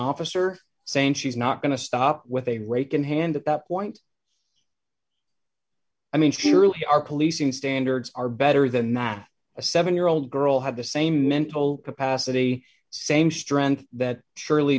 officer saying she's not going to stop with a rake in hand at that point i mean surely our policing standards are better than not a seven year old girl had the same mental capacity same strength that surely